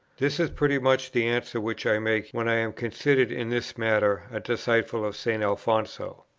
this is pretty much the answer which i make, when i am considered in this matter a disciple of st. alfonso.